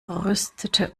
rüstete